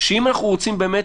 שאם אנחנו רוצים באמת,